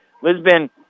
Lisbon